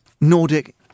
Nordic